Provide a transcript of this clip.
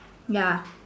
ya